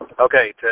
Okay